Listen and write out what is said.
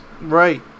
Right